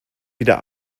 wieder